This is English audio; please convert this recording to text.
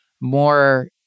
more